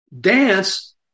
dance